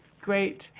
Great